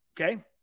Okay